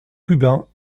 cubain